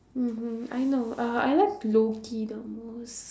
mmhmm I know uh I like loki the most